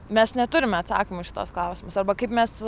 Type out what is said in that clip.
mes neturime atsakymų į šituos klausimus arba kaip mes